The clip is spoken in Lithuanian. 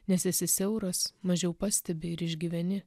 nes esi siauras mažiau pastebi ir išgyveni